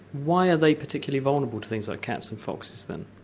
why are they particularly vulnerable to things like cats and foxes then?